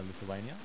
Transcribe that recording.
Lithuania